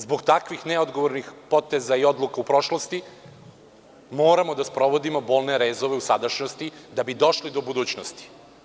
Zbog takvih neodgovornih poteza i odluka u prošlosti, moramo da sprovodimo bolne rezove u sadašnjosti da bi došli do budućnosti.